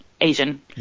asian